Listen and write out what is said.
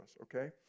okay